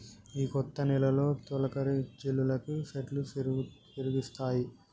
ఈ కొత్త నెలలో తొలకరి జల్లులకి సెట్లు సిగురిస్తాయి